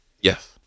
Yes